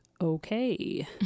okay